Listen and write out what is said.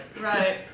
Right